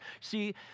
See